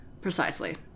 Precisely